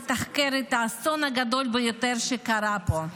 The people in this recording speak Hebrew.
לתחקר את האסון הגדול ביותר שקרה פה.